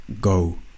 go